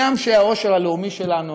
הגם שהעושר הלאומי שלנו,